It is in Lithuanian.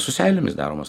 su seilėmis daromas